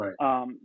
Right